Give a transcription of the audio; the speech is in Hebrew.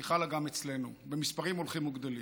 והיא חלה גם אצלנו, במספרים הולכים וגדלים.